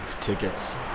tickets